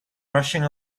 rushing